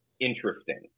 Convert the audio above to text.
interesting